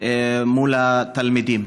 בתלמיד מול התלמידים.